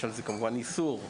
יש על זה איסור כמובן,